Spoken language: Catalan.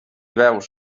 veus